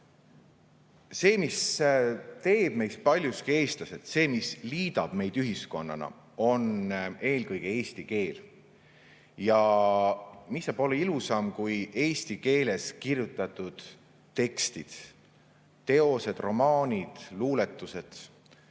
See, mis teeb meist paljuski eestlased ja mis liidab meid ühiskonnana, on eelkõige eesti keel. Mis saab olla ilusam kui eesti keeles kirjutatud tekstid – teosed, romaanid, luuletused.